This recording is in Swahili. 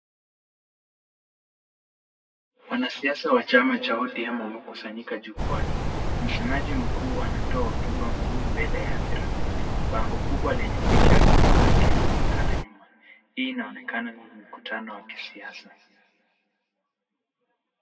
Wanasiasa wa chama cha ODM wamekusanyika jukwaani. Msemaji mkuu anatoa hotuba muhimu mbele ya hadhira. Bango kubwa lenye picha ya kiongozi linaonekana nyuma. Hii inaonekana ni mkutano wa kisiasa.